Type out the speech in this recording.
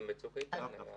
גם ב"צוק איתן" היה.